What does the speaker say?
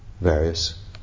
various